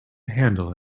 handle